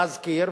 להזכיר,